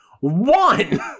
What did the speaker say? One